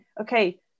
okay